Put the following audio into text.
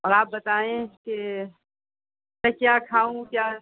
اور آپ بتائیں کہ میں کیا کھاؤں کیا